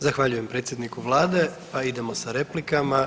Zahvaljujem predsjedniku Vlade pa idemo sa replikama.